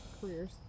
careers